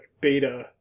beta